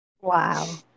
Wow